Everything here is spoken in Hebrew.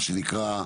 מה שנקרא,